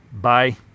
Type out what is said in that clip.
Bye